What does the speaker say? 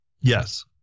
Yes